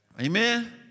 amen